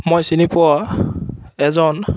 মই চিনি পোৱা এজন